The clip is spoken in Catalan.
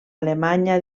alemanya